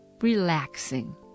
relaxing